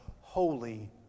holy